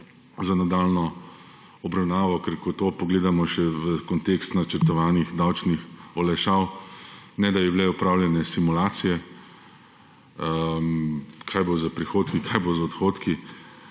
za nadaljnjo obravnavo. Ker ko to pogledamo še v kontekstu načrtovanih davčnih olajšav, niso bile opravljene simulacije, kaj bo s prihodki in odhodki.